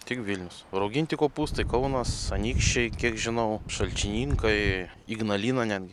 tik vilnius o rauginti kopūstai kaunas anykščiai kiek žinau šalčininkai ignalina netgi